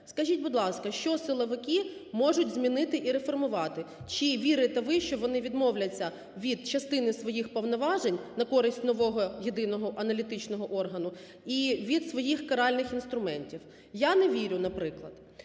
Скажіть, будь ласка, що силовики можуть змінити і реформувати? Чи вірите ви, що вони відмовляться від частини своїх повноважень на користь нового єдиного аналітичного органу і від своїх каральних інструментів? Я не вірю, наприклад.